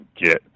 get